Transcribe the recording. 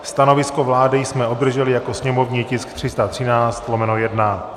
Stanovisko vlády jsme obdrželi jako sněmovní tisk 313/1.